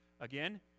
Again